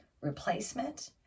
replacement